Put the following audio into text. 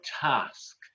task